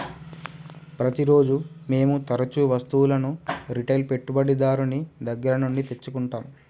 ప్రతిరోజూ మేము తరుచూ వస్తువులను రిటైల్ పెట్టుబడిదారుని దగ్గర నుండి తెచ్చుకుంటం